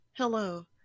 Hello